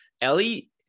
ellie